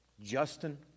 Justin